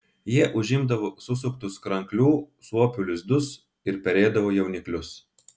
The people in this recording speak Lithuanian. jie užimdavo susuktus kranklių suopių lizdus ir perėdavo jauniklius